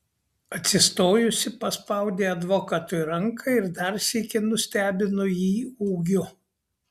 atsistojusi paspaudė advokatui ranką ir dar sykį nustebino jį ūgiu